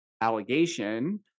allegation